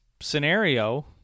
scenario